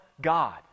God